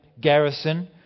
garrison